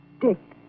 Dick